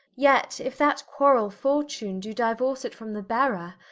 yet if that quarrell. fortune, do diuorce it from the bearer,